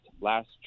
last